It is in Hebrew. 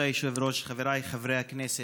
כבוד היושב-ראש, חבריי חברי הכנסת,